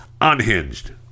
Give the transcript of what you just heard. Unhinged